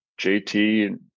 JT